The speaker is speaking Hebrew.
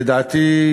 לדעתי,